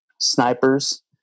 snipers